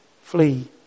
flee